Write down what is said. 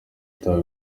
itabi